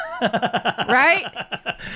right